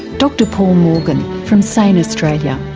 dr paul morgan from sane australia.